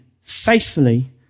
faithfully